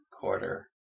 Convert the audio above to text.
quarter